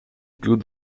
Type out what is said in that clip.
club